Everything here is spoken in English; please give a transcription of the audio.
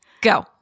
go